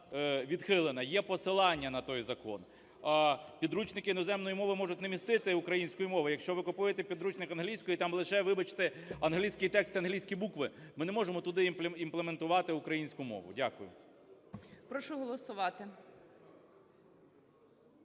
Є посилання на той закон. А підручники іноземною мовою можуть не містити української мови. Якщо ви купуєте підручник англійської, там лише, вибачте, англійський текст і англійські букви. Ми не можемо туди імплементувати українську мову. Дякую. ГОЛОВУЮЧИЙ. Прошу голосувати.